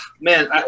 Man